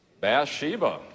Bathsheba